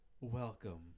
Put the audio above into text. welcome